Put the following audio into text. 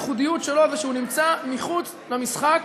הייחודיות שלו זה שהוא נמצא מחוץ למשחק,